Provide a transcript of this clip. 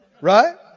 right